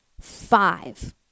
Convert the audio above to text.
five